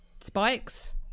spikes